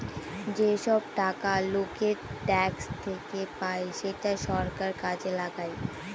যেসব টাকা লোকের ট্যাক্স থেকে পায় সেটা সরকার কাজে লাগায়